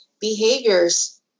behaviors